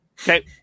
Okay